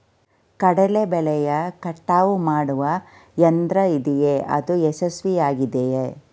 ಕಡಲೆ ಬೆಳೆಯ ಕಟಾವು ಮಾಡುವ ಯಂತ್ರ ಇದೆಯೇ? ಅದು ಯಶಸ್ವಿಯಾಗಿದೆಯೇ?